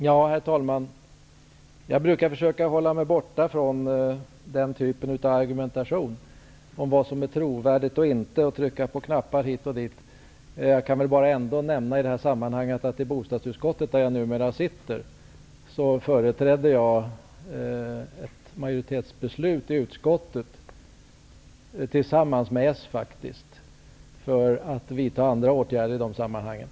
Herr talman! Jag brukar försöka hålla mig borta från argumentation om vad som är trovärdigt eller inte och om detta med att trycka på knappar hit och dit. Men i bostadsutskottet, där jag numera sitter med, företräder jag ett majoritetsbeslut i utskottet -- faktiskt tillsammans med Socialdemokraterna -- som gäller andra åtgärder i de här sammanhangen.